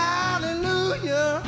Hallelujah